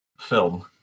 film